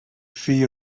feed